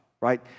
right